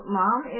mom